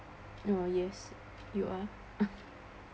uh yes you are